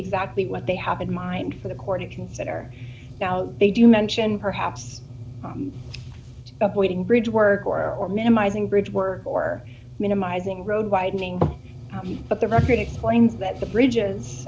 exactly what they have in mind for the court you consider now they do mention perhaps avoiding bridgework or or minimizing bridge were or minimizing road widening but the record explains that the bridges